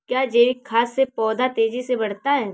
क्या जैविक खाद से पौधा तेजी से बढ़ता है?